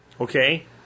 Okay